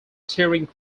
touring